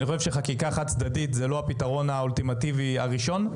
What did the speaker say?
אני חושב שחקיקה חד-צדדית היא לא הפתרון האולטימטיבי הראשון,